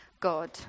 God